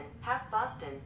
half-Boston